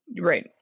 Right